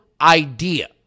idea